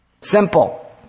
Simple